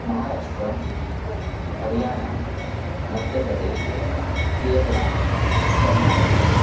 Maharashtra Haryana Madhya Pradesh Kerala Karnataka